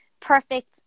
perfect